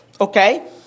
Okay